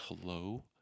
hello